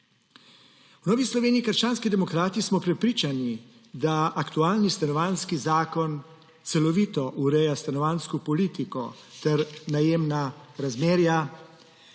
V Novi Sloveniji – krščanskih demokratih smo prepričani, da aktualni Stanovanjski zakon celovito ureja stanovanjsko politiko ter najemna razmerja